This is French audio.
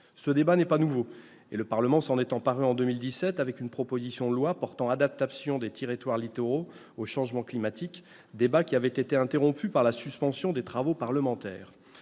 Ce débat n'est pas nouveau et le Parlement s'en est emparé en 2017 avec une proposition de loi portant adaptation des territoires littoraux au changement climatique, débat qui avait été interrompu par la suspension des travaux parlementaires.